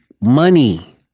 money